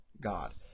God